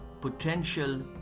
potential